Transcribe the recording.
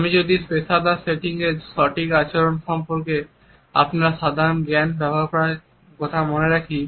আমি যদি পেশাদার সেটিংয়ে সঠিক আচরণ সম্পর্কে আপনার সাধারণ জ্ঞান ব্যবহার করার কথা মনে রাখি